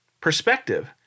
perspective